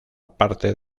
parte